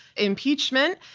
impeachment,